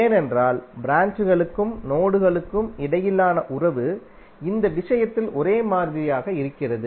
ஏனென்றால் ப்ராஞ்ச்களுக்கும் நோடுகளுக்கும் இடையிலான உறவு இந்த விஷயத்தில் ஒரே மாதிரியாக இருக்கிறது